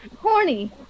Horny